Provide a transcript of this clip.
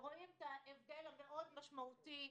רואים את ההבדל המאד משמעותי,